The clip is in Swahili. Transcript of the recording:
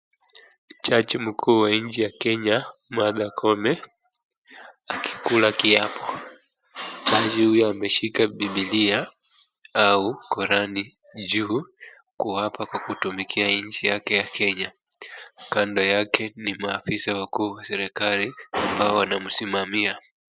Jaji mkuu nchi ya Kenya Martha Kome akikula kiapo. Jaji huyu ameshika Bibilia au Korani juu kuapa kutumikia nchi yake ya Kenya kando yake ni maofisa wakuu wa serikali ambao wanamsimamia.